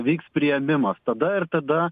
vyks priėmimas tada ir tada